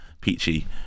Peachy